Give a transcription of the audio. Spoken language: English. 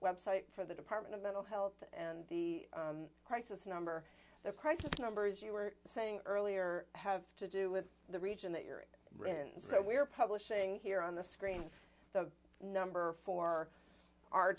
website for the department of mental health and the crisis number that crisis numbers you were saying earlier have to do with the region that you're right and so we're publishing here on the screen the number for our